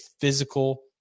physical